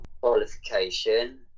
qualification